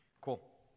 cool